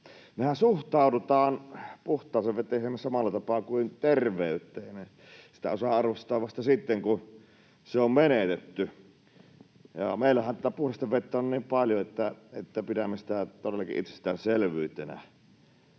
Mehän suhtaudutaan puhtaaseen veteen hieman samalla tapaa kuin terveyteen: sitä osaa arvostaa vasta sitten, kun se on menetetty. Ja meillähän tätä puhdasta vettä on niin paljon, että pidämme sitä todellakin itsestäänselvyytenä.